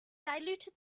diluted